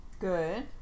Good